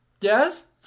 Yes